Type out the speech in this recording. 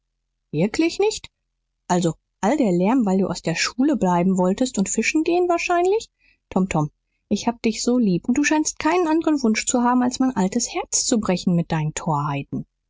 wirklich nicht also all der lärm weil du aus der schule bleiben wolltest und fischen gehen wahrscheinlich tom tom ich habe dich so lieb und du scheinst keinen anderen wunsch zu haben als mein altes herz zu brechen mit deinen torheiten